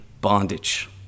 bondage